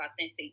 authentic